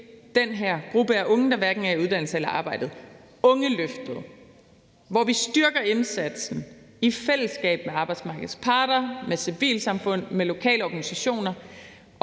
den her gruppe af unge, der hverken er i uddannelse eller i arbejde. Det er ungeløftet, hvor vi styrker indsatsen i fællesskab med arbejdsmarkedets parter, med civilsamfundet og med lokale organisationer